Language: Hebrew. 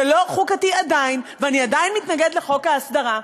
זה עדיין לא חוקתי ואני עדיין מתנגד לחוק ההסדרה.